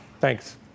Thanks